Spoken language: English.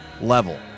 level